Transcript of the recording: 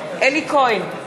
בעד אלי כהן,